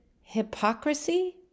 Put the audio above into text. hypocrisy